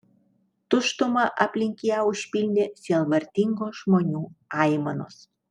tuštumą aplink ją užpildė sielvartingos žmonių aimanos